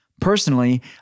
Personally